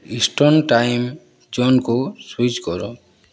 eastern time ଜୋନ୍କୁ switch କର